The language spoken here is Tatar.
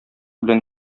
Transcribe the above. белән